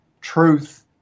truth